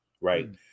right